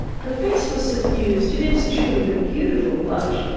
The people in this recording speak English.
her face was suffused, it is true, with a beautiful blush,